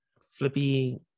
flippy